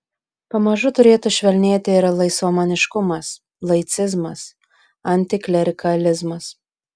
pamažu turėtų švelnėti ir laisvamaniškumas laicizmas antiklerikalizmas